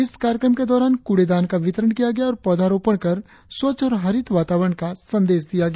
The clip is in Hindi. इस कार्यक्रम के दौरानक्रड़े दान का वितरण किया गया और पौधारोपण कर स्वच्छ और हरित वातावरण का संदेश दिया गया